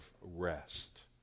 rest